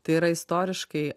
tai yra istoriškai